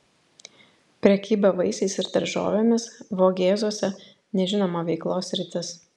prekyba vaisiais ir daržovėmis vogėzuose nežinoma veiklos sritis